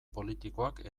politikoak